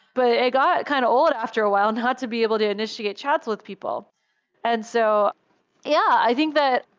but it got kinda kind of old after a while and not to be able to initiate chats with people and so yeah, i think that,